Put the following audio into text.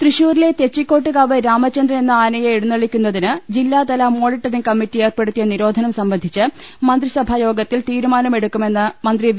തൃശൂരിലെ തെച്ചിക്കോട്ട്കാവ് രാമചന്ദ്രൻ എന്ന ആനയെ എഴുന്നള്ളിക്കുന്നതിന് ജില്ലാതല മോണിട്ടറിംഗ് കമ്മറ്റി ഏർപ്പെടുത്തിയ നിരോധനം സംബന്ധിച്ച് മന്ത്രിസഭാ യോഗത്തിൽ തീരുമാനമെടുക്കുമെന്ന് മന്ത്രി വി